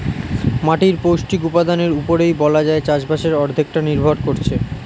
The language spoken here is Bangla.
মাটির পৌষ্টিক উপাদানের উপরেই বলা যায় চাষবাসের অর্ধেকটা নির্ভর করছে